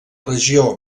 regió